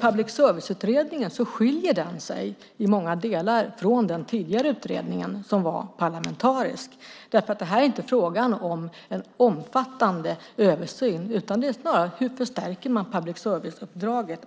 Public service-utredningen skiljer sig i många delar från den tidigare utredningen som var parlamentarisk. Det här är inte fråga om någon omfattande översyn utan det handlar snarast om hur man stärker public service-uppdraget.